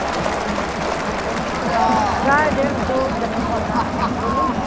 हँ दए देब दूध हँ हँ बोलू